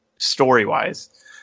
Story-wise